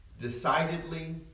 decidedly